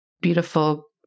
beautiful